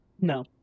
No